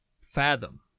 fathom